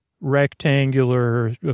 rectangular